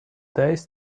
days